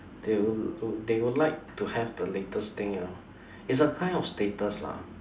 they would l~ they would like to have the latest thing lah its a kind of status lah